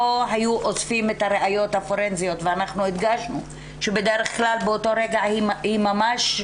לא היו אוספים את הפורנזיות ואנחנו הדגשנו שבדרך כלל באותו רגע היא עוד